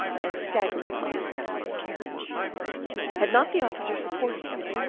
and staggering on the steps of his carriage had not the officer supported him,